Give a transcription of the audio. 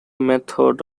method